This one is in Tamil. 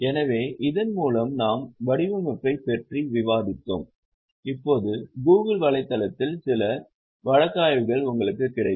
எனவே இதன் மூலம் நாம் வடிவமைப்பைப் பற்றி விவாதித்தோம் இப்போது கூகிள் வலைத்தளத்தில் சில வழக்காய்வுகள் உங்களுக்குக் கிடைக்கும்